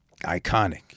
Iconic